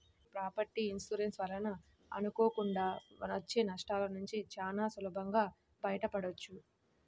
యీ property insurance వలన అనుకోకుండా వచ్చే నష్టాలనుంచి చానా సులభంగా బయటపడొచ్చు